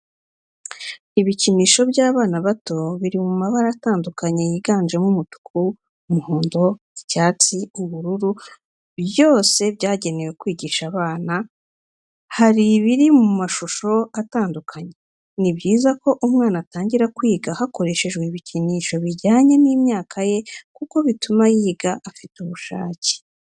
Ibikinisho by'abana bato biri mu mabara atandukanye yiganjemo umutuku, umuhondo, icyatsi, ubururu byose byagenewe kwigisha abana hari ibiri mu mashusho atandukanye. Ni byiza ko umwana atangira kwiga hakoreshejwe ibikinisho bijyanye n'imyaka ye kuko bituma yiga afite ubushake.